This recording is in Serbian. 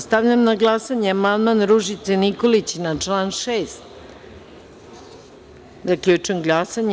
Stavljam na glasanje amandman Ružice Nikolić na član 6. Zaključujem glasanje.